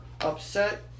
upset